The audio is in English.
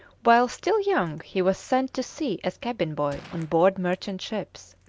while still young he was sent to sea as cabin-boy on board merchant ships.